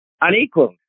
unequal